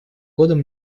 годом